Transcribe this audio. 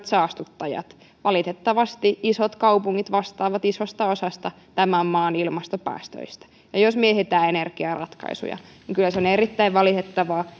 saastuttajat valitettavasti isot kaupungit vastaavat isosta osasta tämän maan ilmastopäästöjä ja jos mietitään energiaratkaisuja niin kyllä se on erittäin valitettavaa